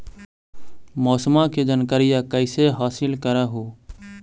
मौसमा के जनकरिया कैसे हासिल कर हू?